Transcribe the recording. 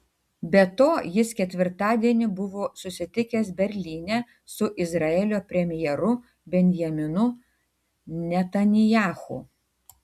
be to jis ketvirtadienį buvo susitikęs berlyne su izraelio premjeru benjaminu netanyahu